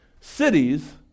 cities